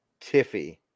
Tiffy